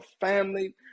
family